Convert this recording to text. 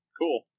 Cool